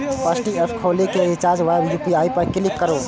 FASTag app खोलि कें recharge via UPI पर क्लिक करू